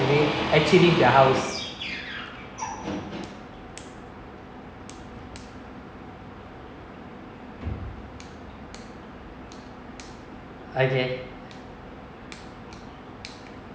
actually leave the house okay